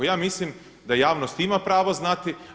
Ja mislim da javnost ima pravo znati.